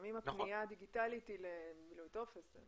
לפעמים הפנייה הדיגיטלית היא למילוי טופס.